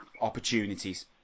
opportunities